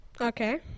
Okay